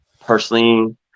personally